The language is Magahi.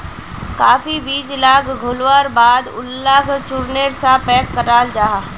काफी बीज लाक घोल्वार बाद उलाक चुर्नेर सा पैक कराल जाहा